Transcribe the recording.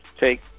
take